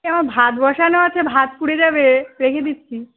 এ আমার ভাত বসানো আছে ভাত পুড়ে যাবে রেখে দিচ্ছি